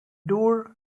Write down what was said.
door